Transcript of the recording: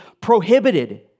prohibited